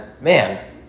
man